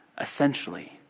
essentially